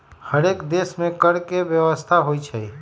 हरेक देश में कर के व्यवस्था होइ छइ